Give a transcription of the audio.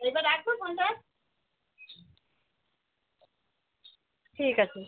এইবার রাখবো ফোনটা ঠিক আছে